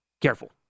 Careful